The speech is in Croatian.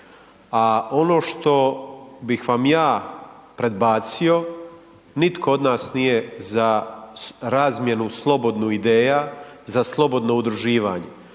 a ono što bih vam ja predbacio, nitko od nas za razmjenu slobodnu ideja, za slobodno udruživanje